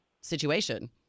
situation